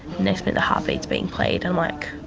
next minute the heartbeat's being played, i'm like